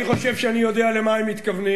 אני חושב שאני יודע למה הם מתכוונים.